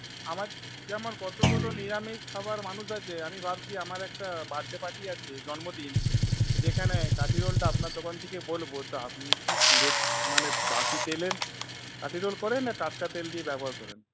আমার যে আমার কতগুলো নিরামিষ খাবার মানুষ আছে আমি ভাবছি আমার একটা বার্থডে পার্টি আছে জন্মদিন যেখানে কাঠি রোলটা আপনার দোকান থেকে বলবো তা আপনি কি পুরো মানে বাসি তেলের কাঠি রোল করেন না টাটকা তেল দিয়ে ব্যবহার করেন